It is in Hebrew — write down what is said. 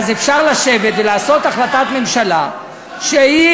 אז אפשר לשבת ולעשות החלטת ממשלה שהיא,